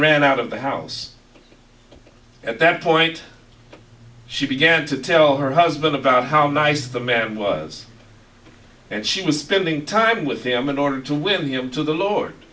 ran out of the house at that point she began to tell her husband about how nice the man was and she was spending time with him in order to win him to the lord